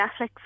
Netflix